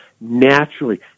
Naturally